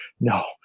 No